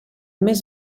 més